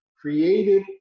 created